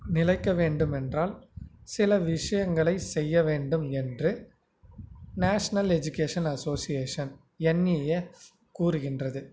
நிலைக்க வேண்டும் என்றால் சில விஷயங்களை செய்ய வேண்டும் என்று நேஷ்னல் எஜிகேஷன் அசோஷியேஷன் என்இஏ கூறுகின்றது